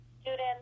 students